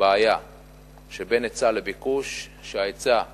בעיה בין היצע לביקוש,